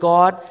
God